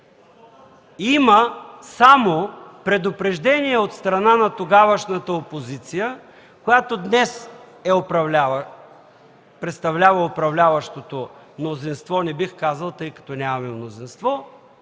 Има само предупреждения от страна на тогавашната опозиция, която днес представлява управляващото мнозинство, не бих казал, тъй като нямаме мнозинство,